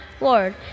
Lord